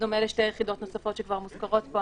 בדומה לשתי יחידות נוספות שכבר מוזכרות פה,